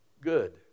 good